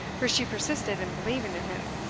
for she persisted in believing in him.